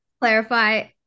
Clarify